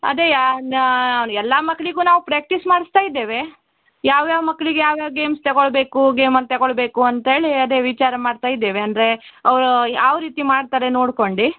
ಅದೇ ನಾ ಎಲ್ಲ ಮಕ್ಳಿಗೂ ನಾವು ಪ್ರ್ಯಾಕ್ಟೀಸ್ ಮಾಡಿಸ್ತಾಯಿದ್ದೇವೆ ಯಾವ್ಯಾವ ಮಕ್ಳಿಗೆ ಯಾವ್ಯಾವ ಗೇಮ್ಸ್ ತೊಗೊಳ್ಬೇಕು ಗೇಮಲ್ಲಿ ತೊಗೊಳ್ಬೇಕು ಅಂತೇಳಿ ಅದೇ ವಿಚಾರ ಮಾಡ್ತಾಯಿದ್ದೇವೆ ಅಂದರೆ ಅವ್ರು ಯಾವ ರೀತಿ ಮಾಡ್ತಾರೆ ನೋಡ್ಕೊಂಡು